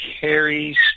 carries